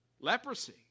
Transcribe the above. leprosy